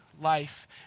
life